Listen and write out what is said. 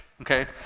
okay